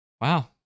Wow